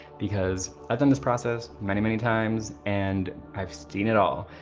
because i've done this process many, many times, and i've seen it all.